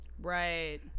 Right